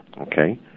Okay